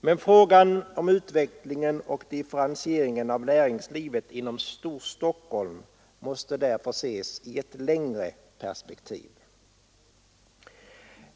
Men frågan om utvecklingen och differentieringen av näringslivet inom Storstockholm måste ses i ett längre perspektiv.